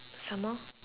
some more